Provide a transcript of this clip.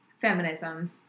Feminism